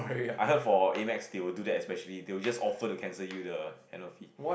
I heard for Amex they will do that especially they will just offer to cancel you the annual fee